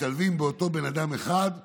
שמשתלבים באותו בן אדם, אחד,